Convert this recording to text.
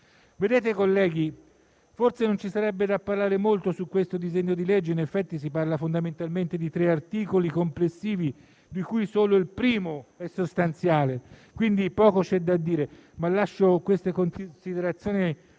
Colleghi, forse non ci sarebbe da parlare molto su questo provvedimento, poiché si tratta fondamentalmente di tre articoli complessivi, di cui solo il primo è sostanziale; quindi poco c'è da dire. Ma lascio queste considerazioni al